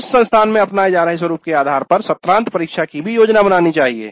उस संस्थान में अपनाए जा रहे स्वरूप के आधार पर सत्रांत परीक्षा की भी योजना बनानी चाहिए